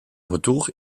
retour